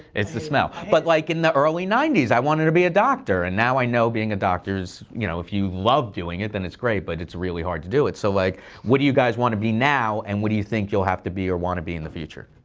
it's the smell. but like in the early ninety s, i wanted to be a doctor and now i know being a doctor is you know if you love doing then it's great but it's really hard to do so like what do you guys want to be now and what do you think you'll have to be or want to be in the future?